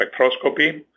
spectroscopy